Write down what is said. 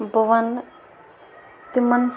بہٕ وَنہٕ تِمن